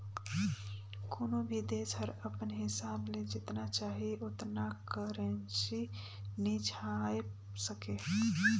कोनो भी देस हर अपन हिसाब ले जेतना चाही ओतना करेंसी नी छाएप सके